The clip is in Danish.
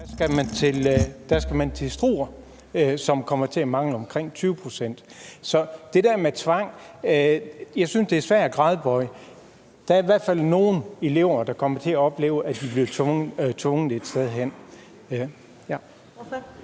skal man til Struer, hvor kommer man til at mangle omkring 20 pct. Så det der med tvang synes jeg er svært at gradbøje. Der er i hvert fald nogle elever, der kommer til at opleve, at de bliver tvunget et sted hen.